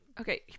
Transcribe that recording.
Okay